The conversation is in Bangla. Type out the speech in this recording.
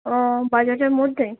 ও বাজারের মধ্যে